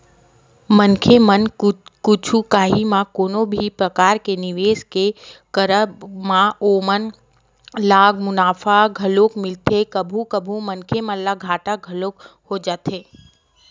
मनखे मन कुछु काही म कोनो भी परकार के निवेस के करब म ओमन ल मुनाफा घलोक मिलथे कभू कभू मनखे मन ल घाटा घलोक हो जाथे